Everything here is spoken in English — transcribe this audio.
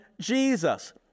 Jesus